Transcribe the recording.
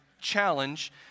challenge